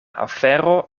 afero